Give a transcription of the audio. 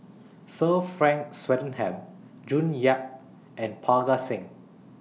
Sir Frank Swettenham June Yap and Parga Singh